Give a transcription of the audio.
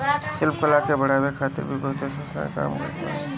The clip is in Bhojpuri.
शिल्प कला के बढ़ावे खातिर भी बहुते संस्थान काम करत बाने